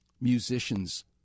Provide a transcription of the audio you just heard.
musicians